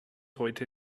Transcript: heute